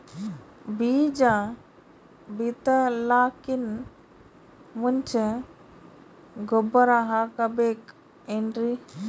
ಬೀಜ ಬಿತಲಾಕಿನ್ ಮುಂಚ ಗೊಬ್ಬರ ಹಾಕಬೇಕ್ ಏನ್ರೀ?